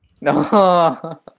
No